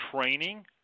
training